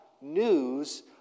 News